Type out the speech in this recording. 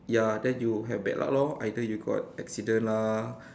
ya then you have bad luck lor either you got accident lah